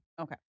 Okay